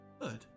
Good